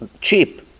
cheap